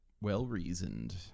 Well-reasoned